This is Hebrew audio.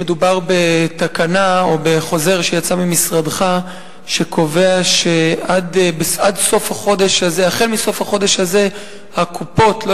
מדובר בתקנה או בחוזר שיצא ממשרדך שקובע שהחל מסוף החודש הזה הקופות לא